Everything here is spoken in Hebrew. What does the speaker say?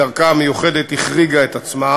בדרכה המיוחדת, החריגה את עצמה.